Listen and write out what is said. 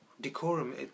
decorum